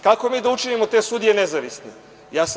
Kako da mi učinimo te sudije nezavisnim?